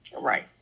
Right